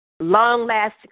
long-lasting